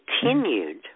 continued